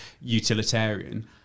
utilitarian